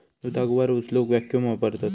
दुधाक वर उचलूक वॅक्यूम वापरतत